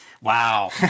Wow